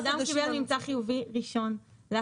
אם עברו חמישה חודשים הממצא --- אדם קיבל ממצא חיובי ראשון,